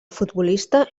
futbolista